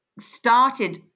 started